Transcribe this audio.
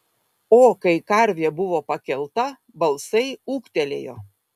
o kai karvė buvo pakelta balsai ūktelėjo